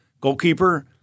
goalkeeper